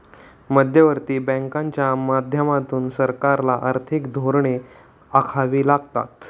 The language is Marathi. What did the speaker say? मध्यवर्ती बँकांच्या माध्यमातून सरकारला आर्थिक धोरणे आखावी लागतात